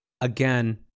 Again